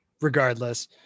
regardless